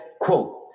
quote